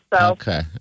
Okay